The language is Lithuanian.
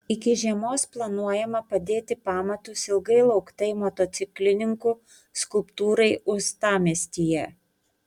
iki žiemos planuojama padėti pamatus ilgai lauktai motociklininkų skulptūrai uostamiestyje